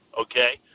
okay